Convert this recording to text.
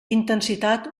intensitat